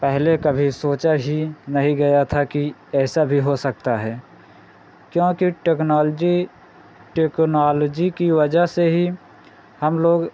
पहले कभी सोचा ही नहीं गया था कि ऐसा भी हो सकता है क्योंकि टेक्नॉलजी टेक्नॉलजी की वजह से ही हम लोग